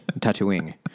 tattooing